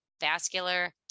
vascular